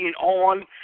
on